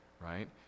right